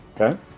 okay